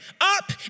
up